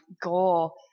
goal